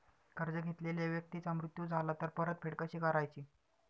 कर्ज घेतलेल्या व्यक्तीचा मृत्यू झाला तर परतफेड कशी करायची?